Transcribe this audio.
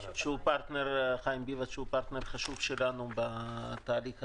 תשמעו שהוא פרטנר חשוב שלנו בתהליך הזה.